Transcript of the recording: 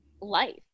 life